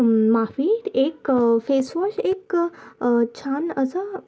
माफी एक फेसवॉश एक छान असं